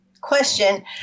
question